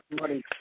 money